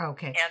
Okay